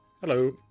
Hello